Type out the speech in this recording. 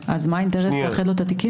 אז מה האינטרס לאחד לו את התיקים?